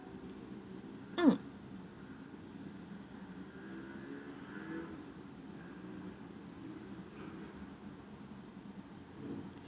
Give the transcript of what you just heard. mm